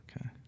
Okay